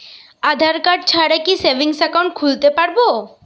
আধারকার্ড ছাড়া কি savings account খুলতে পারব?